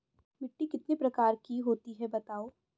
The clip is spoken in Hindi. मिट्टी कितने प्रकार की होती हैं बताओ?